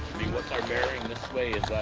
mean, what's our bearing this way?